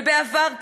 ובעבר,